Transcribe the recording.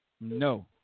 No